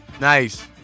Nice